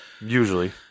Usually